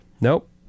Nope